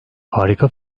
harika